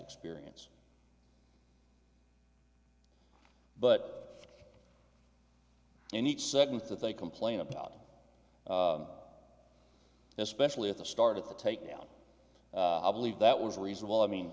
experience but in each segment that they complain about especially at the start of the takedown i believe that was reasonable i mean